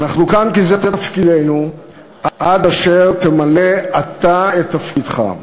אנחנו כאן כי זה תפקידנו עד אשר תמלא אתה את תפקידך.